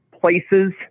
places